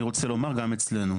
אני רוצה לומר גם אצלנו.